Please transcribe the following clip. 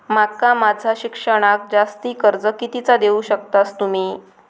माका माझा शिक्षणाक जास्ती कर्ज कितीचा देऊ शकतास तुम्ही?